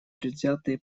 предвзятые